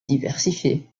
diversifiée